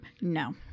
no